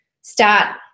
start